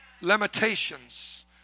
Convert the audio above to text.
Limitations